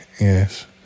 Yes